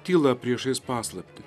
tyla priešais paslaptį